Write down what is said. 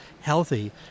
healthy